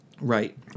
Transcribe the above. Right